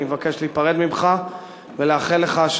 אני מבקש להיפרד ממך ולאחל לך,